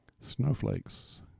Snowflakes